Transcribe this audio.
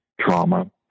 trauma